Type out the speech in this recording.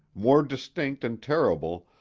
more distinct and terrible,